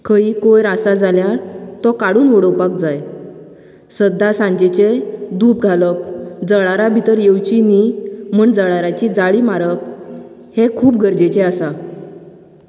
खयींय कोयर आसा जाल्यार तो काडून उडोवपाक जाय सद्दां सांजेचें धूप घालप जळारां भितर येवचीं न्ही म्हूण जळारांची जाळी मारप हें खूब गरजेचें आसा